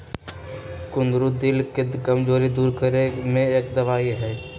कुंदरू दिल के कमजोरी दूर करे में एक दवाई हई